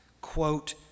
quote